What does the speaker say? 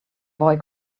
boy